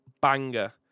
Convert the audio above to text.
banger